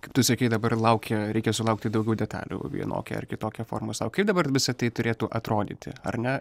kaip tu sakei dabar laukia reikia sulaukti daugiau detalių vienokia ar kitokia forma o kaip dabar visa tai turėtų atrodyti ar ne